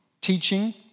teaching